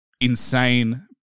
insane